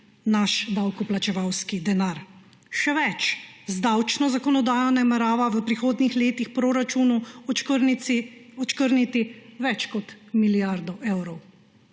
naš davkoplačevalski denar. Še več, z davčno zakonodajo namerava v prihodnjih letih proračunu odškrniti več kot milijardo evrov,